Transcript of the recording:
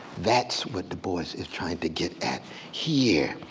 that's what du bois is trying to get at here.